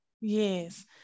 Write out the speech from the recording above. Yes